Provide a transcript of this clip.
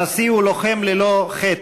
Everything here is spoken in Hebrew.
הנשיא הוא לוחם ללא חת,